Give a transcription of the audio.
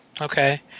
Okay